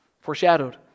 foreshadowed